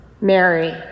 Mary